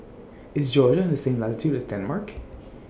IS Georgia on The same latitude as Denmark